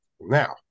Now